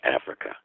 Africa